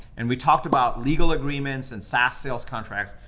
and we talked about legal agreements and sas sales contracts.